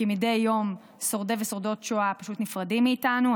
כי מדי יום שורדי ושורדות שואה פשוט נפרדים מאיתנו.